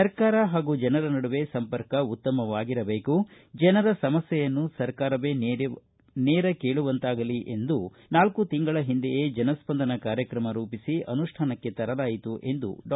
ಸರಕಾರ ಹಾಗೂ ಜನರ ನಡುವೆ ಸಂಪರ್ಕ ಉತ್ತಮವಾಗಿರಬೇಕು ಜನರ ಸಮಸ್ಠೆಯನ್ನು ಸರಕಾರವೇ ನೇರ ಕೇಳುವಂತಾಗಲಿ ಎಂದು ನಾಲ್ಕು ತಿಂಗಳ ಹಿಂದೆಯೇ ಜನಸ್ಪಂದನ ಕಾರ್ಯಕ್ರಮ ರೂಪಿಸಿ ಅನುಷ್ಠಾನಕ್ಕೆ ತರಲಾಯಿತು ಎಂದು ಡಾ